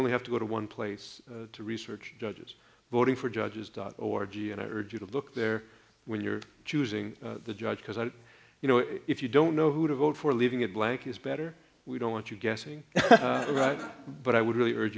only have to go to one place to research judges voting for judges or g and i urge you to look there when you're choosing the judge because you know if you don't know who to vote for leaving it blank is better we don't want you guessing right but i would really urge